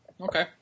Okay